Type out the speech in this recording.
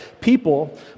people